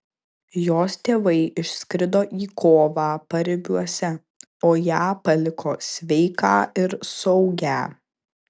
jos tėvai išskrido į kovą paribiuose o ją paliko sveiką ir saugią